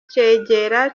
icegera